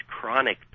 chronic